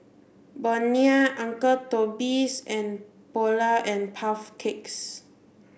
Bonia Uncle Toby's and Polar and Puff Cakes